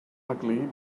ugly